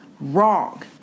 Wrong